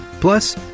plus